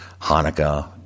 Hanukkah